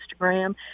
Instagram